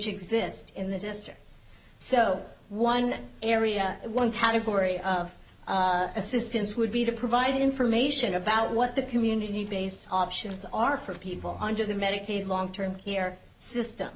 which exist in the district so one area one category of assistance would be to provide information about what the community based options are for people under the medicaid long term here system